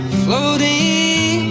floating